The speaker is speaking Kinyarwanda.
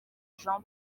jean